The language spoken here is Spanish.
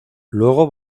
luego